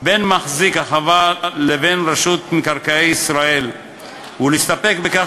בין מחזיק החווה לבין רשות מקרקעי ישראל ולהסתפק בכך